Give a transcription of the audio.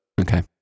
okay